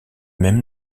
même